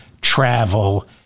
travel